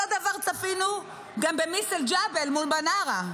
אותו דבר צפינו גם במיס אל-ג'בל מול מנרה,